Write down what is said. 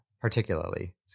particularly